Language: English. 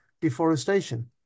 deforestation